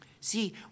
See